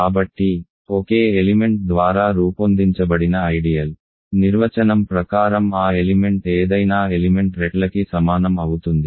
కాబట్టి ఒకే ఎలిమెంట్ ద్వారా రూపొందించబడిన ఐడియల్ నిర్వచనం ప్రకారం ఆ ఎలిమెంట్ ఏదైనా ఎలిమెంట్ రెట్లకి సమానం అవుతుంది